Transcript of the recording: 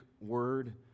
word